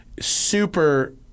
Super